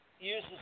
uses